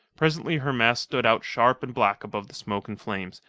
presently her masts stood out sharp and black above the smoke and flames,